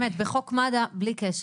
בלי קשר,